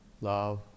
love